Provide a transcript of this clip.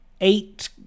eight